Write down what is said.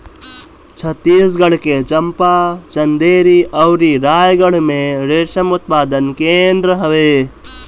छतीसगढ़ के चंपा, चंदेरी अउरी रायगढ़ में रेशम उत्पादन केंद्र हवे